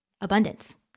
abundance